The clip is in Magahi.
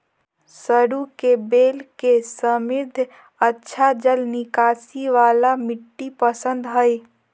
सरू के बेल के समृद्ध, अच्छा जल निकासी वाला मिट्टी पसंद हइ